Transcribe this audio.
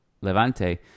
Levante